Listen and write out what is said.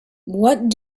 what